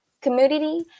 community